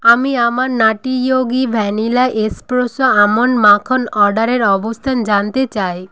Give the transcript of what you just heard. আমি আমার nutty yogi vanilla espresso almond মাখন অর্ডারের অবস্থান জানতে চাই